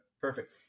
Perfect